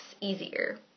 easier